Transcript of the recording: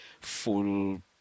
full